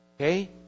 okay